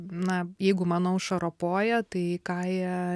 na jeigu mano auša ropoja tai kaja